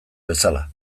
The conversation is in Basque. bezala